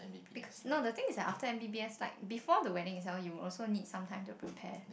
because no the thing is that after M_B_B_S like before the wedding itself you will also need some time to prepare